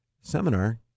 seminar